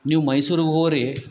ನೀವು ಮೈಸೂರಿಗೆ ಹೋಗೊರಿ